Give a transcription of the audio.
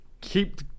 keep